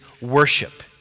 worship